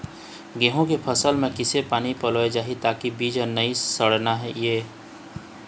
गेहूं के फसल म किसे पानी पलोना चाही ताकि बीज नई सड़ना ये?